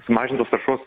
sumažintos taršos